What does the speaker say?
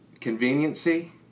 Conveniency